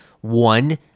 One